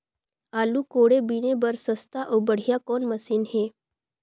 आलू कोड़े बीने बर सस्ता अउ बढ़िया कौन मशीन हे?